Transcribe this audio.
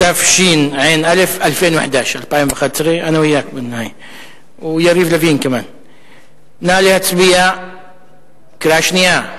התשע"א 2011. נא להצביע בקריאה שנייה,